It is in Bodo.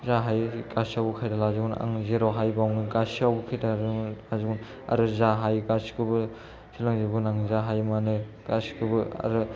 जा हायो गासैयावबो खारहोलाजोबगोन आं जेराव हायो बावनो गासैयावबो खारजोबगोन आरो जा हायो गासैखौबो सोलोंजोबगोन आं जा हायो माने गासैखौबो आरो